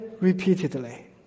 repeatedly